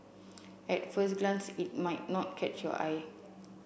at first glance it might not catch your eye